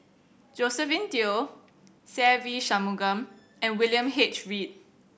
Josephine Teo Se Ve Shanmugam and William H Read